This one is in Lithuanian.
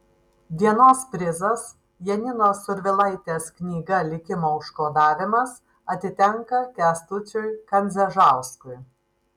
dienos prizas janinos survilaitės knyga likimo užkodavimas atitenka kęstučiui kandzežauskui